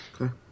Okay